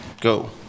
go